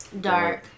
dark